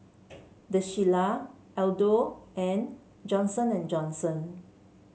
The Shilla Aldo and Johnson And Johnson